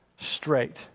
straight